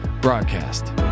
broadcast